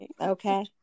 Okay